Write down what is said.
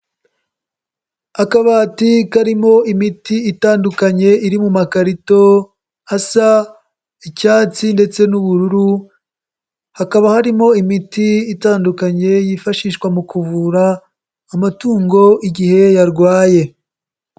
Akabati karimo imiti itandukanye iri mu makarito asa icyatsi ndetse n'ubururu, hakaba harimo imiti itandukanye yifashishwa mu kuvura amatungo igihe yarwaye.